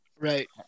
Right